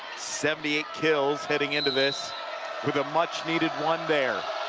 seventy eight kills heading into this with a much needed one there.